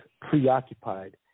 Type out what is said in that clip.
preoccupied